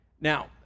Now